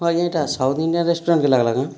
ହଁ ଆଜ୍ଞା ଏଇଟା ସାଉଥ୍ ଇଣ୍ଡିଆ ରେଷ୍ଟୁରାଣ୍ଟ୍ କେ ଲାଗିଲା କାଁ